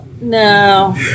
No